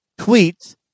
tweets